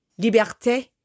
Liberté